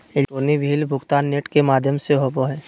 electronic bill भुगतान net के माघ्यम से होवो हइ